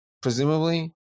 presumably